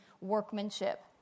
workmanship